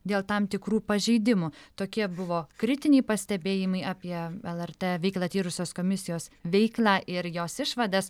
dėl tam tikrų pažeidimų tokie buvo kritiniai pastebėjimai apie lrt veiklą tyrusios komisijos veiklą ir jos išvadas